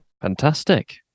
Fantastic